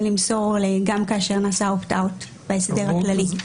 למסור גם כאשר נעשה opt out בהסדר הכללי.